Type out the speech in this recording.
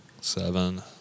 Seven